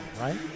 right